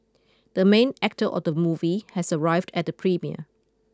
the main actor of the movie has arrived at the premiere